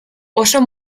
oso